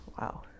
Wow